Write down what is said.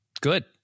Good